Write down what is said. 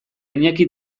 iñaki